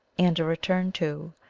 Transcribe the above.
and a return to,